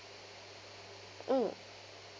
mm